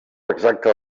exacte